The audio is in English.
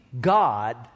God